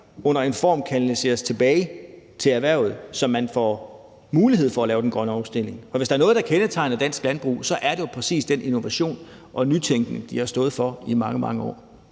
i en form kanaliseres tilbage til erhvervet, så man får mulighed for at lave den grønne omstilling. For hvis der er noget, der kendetegner dansk landbrug, er det jo præcis den innovation og nytænkning, de har stået for i mange, mange år.